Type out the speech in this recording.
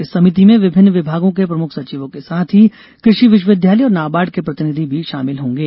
इस समिति में विभिन्न विभागों के प्रमुख सचिवों के साथ ही कृषि विश्वविद्यालय और नाबार्ड के प्रतिनिधि भी शामिल होंगे